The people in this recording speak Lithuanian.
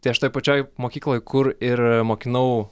tai aš toj pačioj mokykloj kur ir mokinau